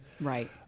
Right